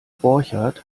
borchert